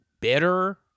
bitter